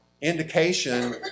indication